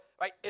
right